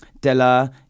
Della